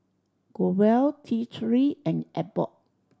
Growell T Three and Abbott